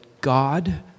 God